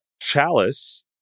Chalice